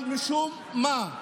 אבל משום מה,